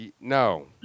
No